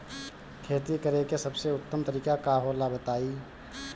खेती करे के सबसे उत्तम तरीका का होला बताई?